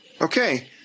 Okay